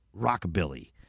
rockabilly